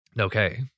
Okay